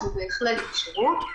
זאת בהחלט אפשרות,